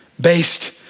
based